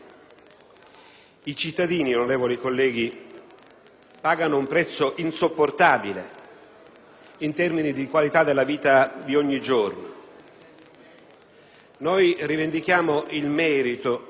i cittadini, onorevoli colleghi, pagano un prezzo insopportabile in termini di qualità della vita di ogni giorno. Noi rivendichiamo il merito,